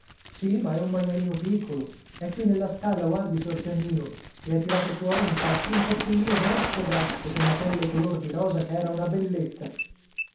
sì ma è un maialino piccolo è qui nella stalla guardi sor giannino e ha tirato fuori infatti un porcellino grasso grasso con la pelle color di rosa che era una bellezza